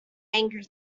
angry